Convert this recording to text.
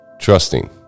trusting